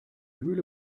höhle